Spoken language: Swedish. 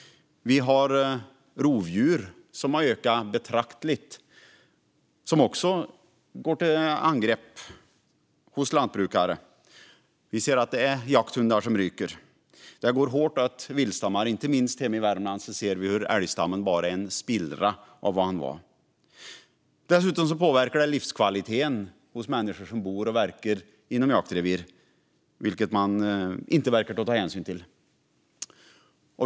Vi har rovdjur som har ökat betrakteligt och som också går till angrepp hos lantbrukare. Vi ser att jakthundar ryker. Rovdjuren går hårt åt viltstammar. Inte minst hemma i Värmland ser vi hur älgstammen bara är en spillra av vad den varit. Dessutom påverkas livskvaliteten för människor som bor och verkar inom jaktrevir, vilket man inte verkar ta hänsyn till.